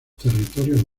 territorios